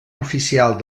oficial